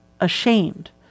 ashamed